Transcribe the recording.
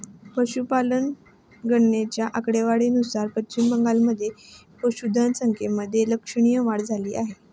पशुधन गणनेच्या आकडेवारीनुसार पश्चिम बंगालमध्ये पशुधन संख्येमध्ये लक्षणीय वाढ झाली आहे